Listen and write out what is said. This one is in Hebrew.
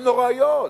הן נוראיות.